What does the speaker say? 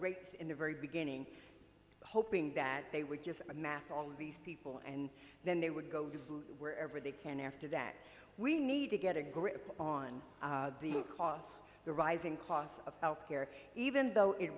rates in the very beginning hoping that they would just amass all these people and then they would go to wherever they can after that we need to get a grip on the costs the rising costs of health care even though it